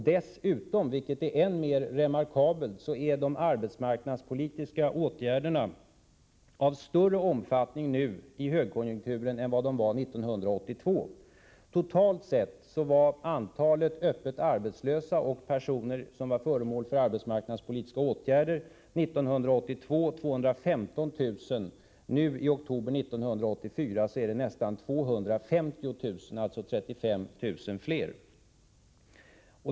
Dessutom är — vilket är än mer remarkabelt — de arbetsmarknadspolitiska åtgärderna av större omfattning nu, i högkonjunkturen, än vad de var 1982. Totalt sett var det 215 000 personer som 1982 var öppet arbetslösa eller föremål för arbetsmarknadspolitiska åtgärder. I oktober 1984 var det nästan 250 000, alltså 35 000 fler.